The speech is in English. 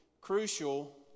crucial